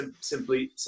simply